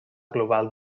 global